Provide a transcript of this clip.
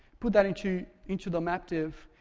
put that into into the maptive,